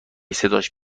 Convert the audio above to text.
صداش